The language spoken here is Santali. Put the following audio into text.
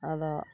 ᱟᱫᱚ